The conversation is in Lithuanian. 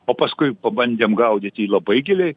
o paskui pabandėm gaudyti labai giliai